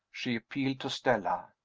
she appealed to stella.